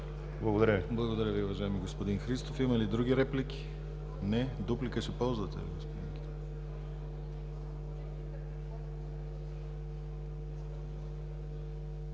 Благодаря Ви, уважаеми господин Христов. Има ли други реплики? Няма. Дуплика – заповядайте,